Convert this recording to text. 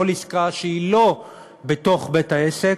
כל עסקה שהיא לא בתוך בית-העסק,